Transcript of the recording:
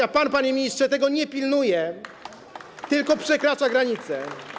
A pan, panie ministrze, tego nie pilnuje, tylko przekracza granice.